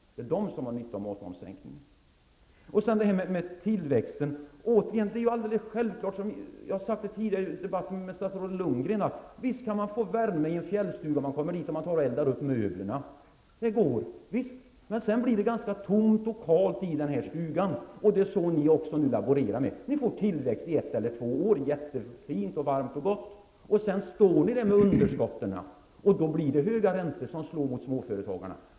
Det är de som har nytta av matmomssänkningen. Så några ord om tillväxten. Jag har sagt tidigare i debatten med statsrådet Lundgren att visst kan man få värme i en fjällstuga när man kommer dit, om man eldar upp möblerna. Det går, men sedan blir det ganska tomt och kalt i stugan, och det är så ni nu laborerar. Ni får tillväxt i ett eller två år -- jättefint och varmt och gott -- och sedan står ni där med underskotten. Då blir det höga räntor som slår mot småföretagarna.